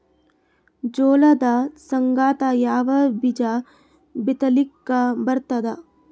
ಜೋಳದ ಸಂಗಾಟ ಯಾವ ಬೀಜಾ ಬಿತಲಿಕ್ಕ ಬರ್ತಾದ?